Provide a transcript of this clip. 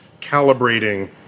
calibrating